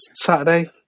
Saturday